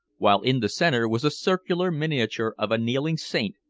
while in the center was a circular miniature of a kneeling saint,